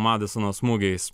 madisono smūgiais